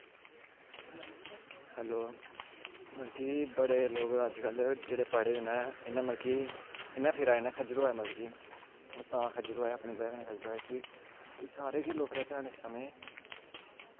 hello मतलव कि बड़े लोग अजकल जेह्ड़े पढ़े दे नै इयां मतलव कि इयां फिरा दे नै खज्जल होआ दे नै ओह् तां खज्जल होआ दे अपनी बज़ह कन्नै खज्जल होआ दे सारें गै लोकें दा ध्यान इस समें